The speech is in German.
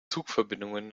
zugverbindungen